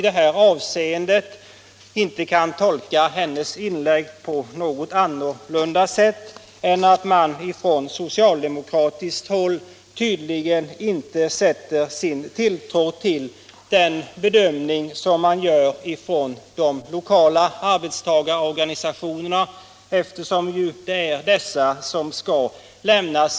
Det går ju inte att tolka hennes inlägg på något annat sätt än att man på socialdemokratiskt håll inte sätter sin tilltro till den bedömning som görs av de lokala arbetstagarorganisationerna.